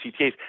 CTAs